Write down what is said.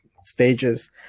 stages